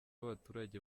abaturage